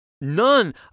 None